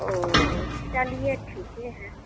ओ चलिए ठीक ही हैं